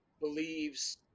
believes